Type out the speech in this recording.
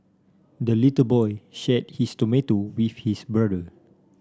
the little boy shared his tomato with his brother